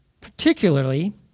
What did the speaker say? Particularly